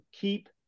keep